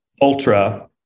Ultra